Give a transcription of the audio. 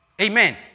Amen